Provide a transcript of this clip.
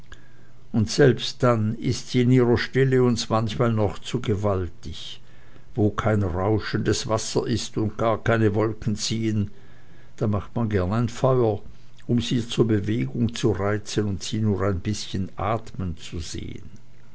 und selbst dann ist sie in ihrer stille uns manchmal noch zu gewaltig wo kein rauschendes wasser ist und gar keine wolken ziehen da macht man gern ein feuer um sie zur bewegung zu reizen und sie nur ein bißchen atmen zu sehen